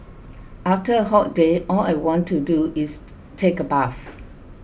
after a hot day all I want to do is take a bath